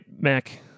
mac